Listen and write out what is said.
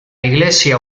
iglesia